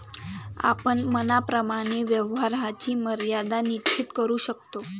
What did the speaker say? आपण मनाप्रमाणे व्यवहाराची मर्यादा निश्चित करू शकतो